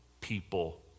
people